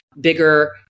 bigger